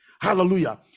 hallelujah